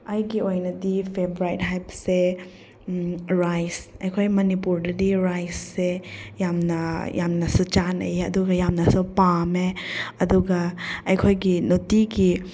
ꯑꯩꯒꯤ ꯑꯣꯏꯅꯗꯤ ꯐꯦꯕꯣꯔꯥꯏꯠ ꯍꯥꯏꯕꯁꯦ ꯔꯥꯏꯁ ꯑꯩꯈꯣꯏ ꯃꯅꯤꯄꯨꯔꯗꯗꯤ ꯔꯥꯏꯁꯦ ꯌꯥꯝꯅ ꯌꯥꯝꯅꯁꯨ ꯆꯥꯅꯩ ꯑꯗꯨꯒ ꯌꯥꯝꯅꯁꯨ ꯄꯥꯝꯃꯦ ꯑꯗꯨꯒ ꯑꯩꯈꯣꯏꯒꯤ ꯅꯨꯡꯇꯤꯒꯤ